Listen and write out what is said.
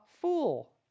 fool